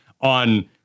on